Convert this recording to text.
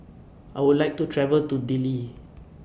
I Would like to travel to Dili